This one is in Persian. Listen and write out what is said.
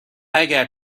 اگر